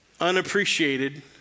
unappreciated